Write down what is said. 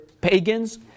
pagans